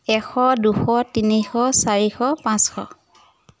এশ দুশ তিনিশ চাৰিশ পাঁচশ